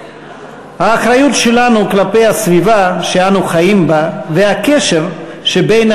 האחריות שלנו כלפי הסביבה שאנו חיים בה והקשר שבין